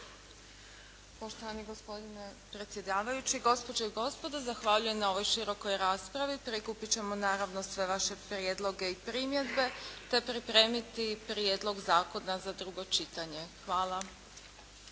Poštovani gospodine predsjedavajući, gospođe i gospodo. Zahvaljujem na ovoj širokoj raspravi, prikupiti ćemo sve vaše prijedloge i primjedbe te pripremiti prijedlog zakona za drugo čitanje. Hvala.